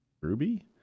ruby